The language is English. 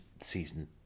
season